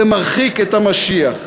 זה מרחיק את המשיח.